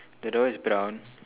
the door is brown